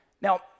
Now